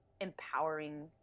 empowering